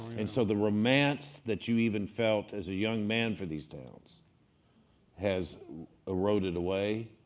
and so the romance that you even felt as a young man for these towns has eroded away.